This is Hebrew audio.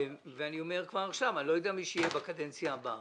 ואני אומר כבר עכשיו - אני לא יודע מי יהיה בקדנציה הבאה,